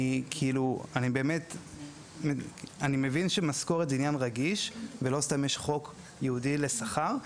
אני מבין שמשכורת זה עניין רגיש ולא סתם יש חוק ייעודי לשכר,